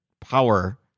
power